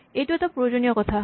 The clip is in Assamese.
এইটো এটা প্ৰয়োজনীয় কথা